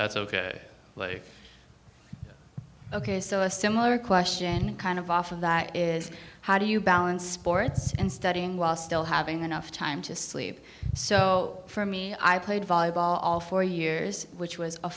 that's ok ok so a similar question kind of off of that is how do you balance sports and studying while still having enough time to sleep so for me i played volleyball for years which was a